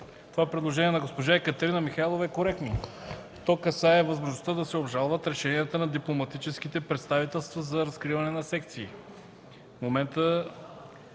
като предложението на госпожа Екатерина Михайлова е коректно. То касае възможността да се обжалват решенията на дипломатическите представителства за откриване на секции.